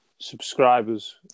subscribers